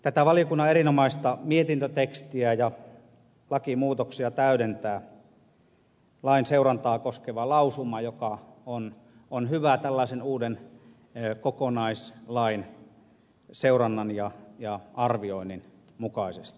tätä valiokunnan erinomaista mietintötekstiä ja lakimuutoksia täydentää lain seurantaa koskeva lausuma joka on hyvä tällaisen uuden kokonaislainseurannan ja arvioinnin mukaisesti